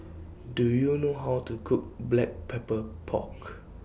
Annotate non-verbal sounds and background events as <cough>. <noise> Do YOU know How to Cook Black Pepper Pork <noise>